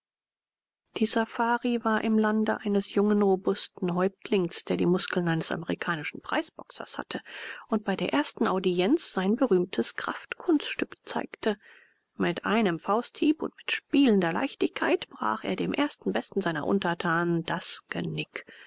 die safari war im lande eines jungen robusten häuptlings der die muskeln eines amerikanischen preisboxers hatte und bei der ersten audienz sein berühmtes kraftkunststück zeigte mit einem fausthieb und mit spielender leichtigkeit brach er dem ersten besten seiner untertanen das genick